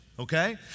okay